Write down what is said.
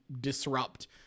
disrupt